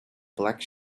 black